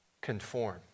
Conform